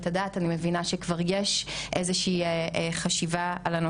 מתוך באמת ההתמודדויות שלנו עם סיפורים של נשים,